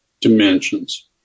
dimensions